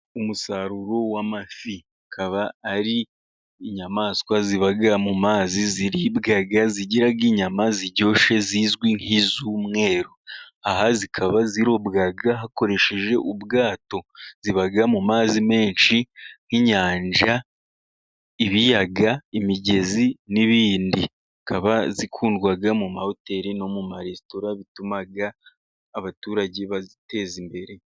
Umusaruro w'amafi ukaba ari inyamaswa ziba mu mazi. ziribwa, zigira inyama ziryoshye zizwi nk'iz'umweru. Aha zikaba zirobwa hakoreshejwe ubwato. Ziba mu mazi menshi nk'inyanja, ibiyaga, imigezi n'ibindi. Zikaba zikundwa mu mahoteli no mu maresitora. Bituma abaturage baziteza imbere.